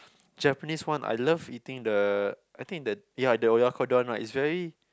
Japanese one I love eating the I think the ya the oyakodon right it's very